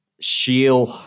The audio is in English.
shield